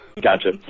gotcha